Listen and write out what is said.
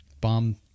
bomb